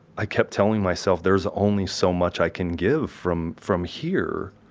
i kept telling myself, there's only so much i can give from from here.